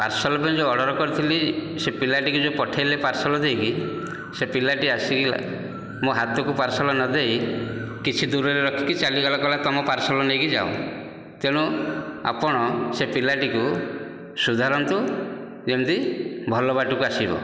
parcel ପାଇଁ ଯେଉଁ order କରିଥିଲି ପିଲା ଟିକି ଯେଉଁ ପଠାଇଲେ ପାର୍ସଲ୍ ଦେଇକି ସେ ପିଲାଟି ଆସି ମୋ ହାତକୁ ପାର୍ସଲ୍ ନ ଦେଇ କିଛି ଦୂରରେ ରଖିକି ଚାଲିଗଲା କହିଲା ତୁମ ପାର୍ସଲ୍ ନେଇକି ଯାଅ ତେଣୁ ଆପଣ ସେ ପିଲାଟିକୁ ସୁଧାରନ୍ତୁ ଯେମିତି ଭଲ ବାଟକୁ ଆସିବ